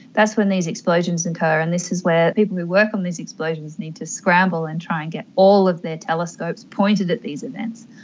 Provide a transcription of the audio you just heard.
that's when these explosions and occur, and this is where people who work on these explosions need to scramble and try and get all of their telescopes pointed at these events,